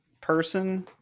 person